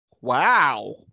Wow